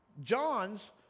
John's